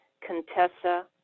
Contessa